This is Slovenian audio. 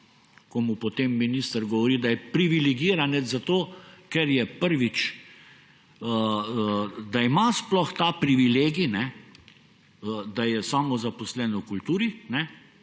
da mu potem minister govori, da je privilegiranec, zato ker, prvič, ima sploh ta privilegij, da je samozaposlen v kulturi.